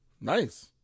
Nice